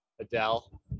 Adele